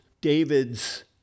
David's